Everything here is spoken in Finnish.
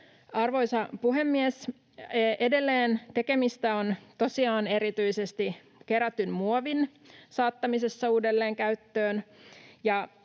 Arvoisa puhemies! Edelleen tekemistä on tosiaan erityisesti kerätyn muovin saattamisessa uudelleen käyttöön.